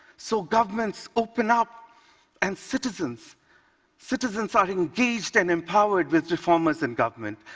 so governments open up and citizens citizens are engaged and empowered with reformers in government.